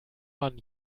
man